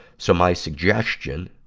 so my suggestion,